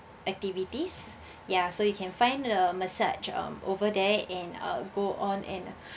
activities ya so you can find a massage um over there and uh go on and